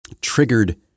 triggered